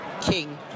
King